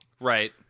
Right